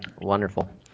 wonderful